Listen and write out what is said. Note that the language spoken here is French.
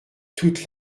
toute